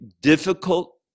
difficult